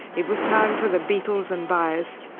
it was time for the beatles and baez,